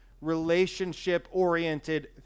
relationship-oriented